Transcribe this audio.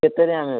କେତେ ରାମ୍ ର ଅଛି